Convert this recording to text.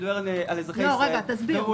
תסביר.